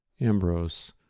Ambrose